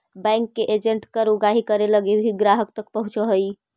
bank के agent कर उगाही करे लगी भी ग्राहक तक पहुंचऽ हइ